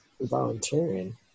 volunteering